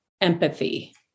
empathy